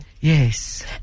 Yes